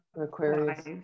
Aquarius